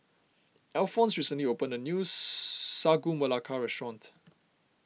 Alphons recently opened a new Sagu Melaka restaurant